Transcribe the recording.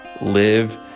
Live